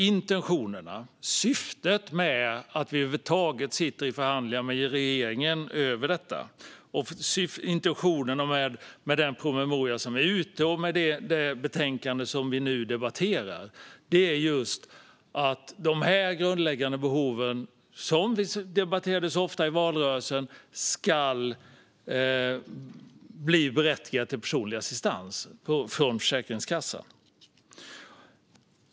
Intentionerna och syftet med att vi över huvud taget sitter i förhandlingar med regeringen över detta, med den promemoria som är ute och med det betänkande som vi nu debatterar är just att dessa grundläggande behov, som vi debatterade så ofta i valrörelsen, ska berättiga till personlig assistans från Försäkringskassan.